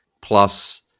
plus